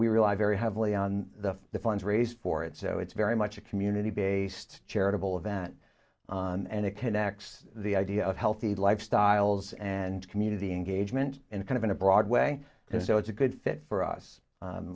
we rely very heavily on the funds raised for it so it's very much a community based charitable event and it connects the idea of healthy lifestyles and community engagement and kind of in a broad way so it's a good fit for us